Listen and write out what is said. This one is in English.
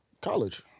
College